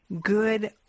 good